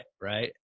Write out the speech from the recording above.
Right